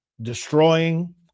destroying